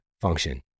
function